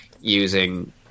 using